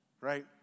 right